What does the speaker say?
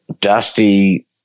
Dusty